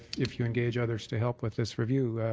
if you engage others to help with this review.